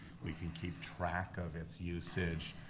we can keep track of its usage.